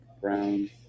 Brown